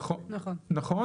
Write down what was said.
נכון,